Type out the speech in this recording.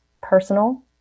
personal